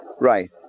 Right